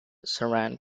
surrounding